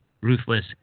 ruthless